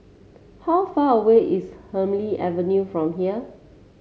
how far away is Hemsley Avenue from here